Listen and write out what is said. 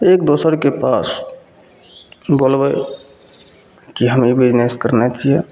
एक दोसरके पास बोलबै कि हम ई बिजनेस करने छिए